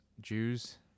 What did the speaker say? Jews